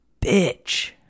bitch